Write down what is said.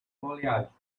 foliage